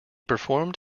performed